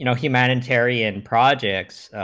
you know humanitarian projects,